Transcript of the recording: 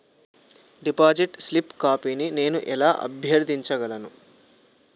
Deposit slip కాపీని నేను ఎలా అభ్యర్థించగలను?